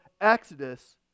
Exodus